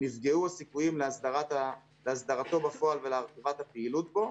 ונפגעו הסיכויים להסדרתו בפועל ולהרחבת הפעילות בו.